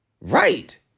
Right